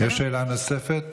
יש שאלה נוספת?